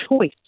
choice